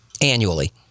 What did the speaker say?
Annually